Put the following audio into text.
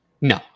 No